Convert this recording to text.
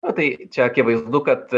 nu tai čia akivaizdu kad